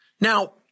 Now